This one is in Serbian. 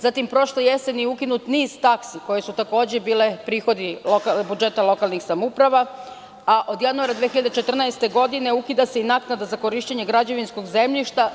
Zatim, prošle jeseni ukinut je niz taksi koje su takođe bile prihodi budžeta lokalnih samouprava, a od januara 2014. godine ukida se i naknada za korišćenje građevinskog zemljišta.